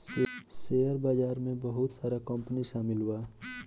share बाजार में बहुत सारा कंपनी शामिल बा